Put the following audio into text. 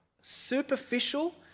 superficial